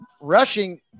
Rushing